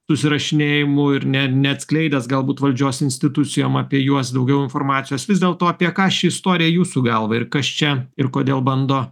susirašinėjimo ir ne neatskleidęs galbūt valdžios institucijom apie juos daugiau informacijos vis dėlto apie ką ši istorija jūsų galva ir kas čia ir kodėl bando